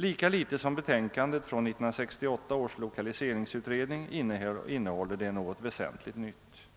Lika litet som betänkandet från 1968 års lokaliseringsutredning innehåller detta något väsentligt nytt.